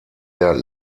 der